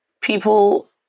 people